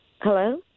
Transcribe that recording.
Hello